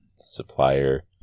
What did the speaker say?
supplier